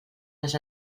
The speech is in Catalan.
les